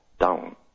down